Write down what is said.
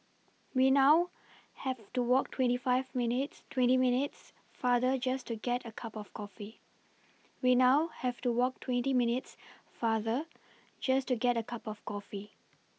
we now have to walk twenty five minutes twenty minutes farther just to get a cup of coffee we now have to walk twenty minutes farther just to get a cup of coffee